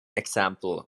example